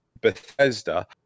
Bethesda